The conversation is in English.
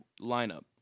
lineup